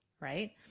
right